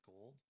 gold